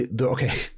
Okay